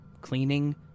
cleaning